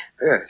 Yes